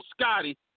Scotty